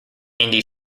andy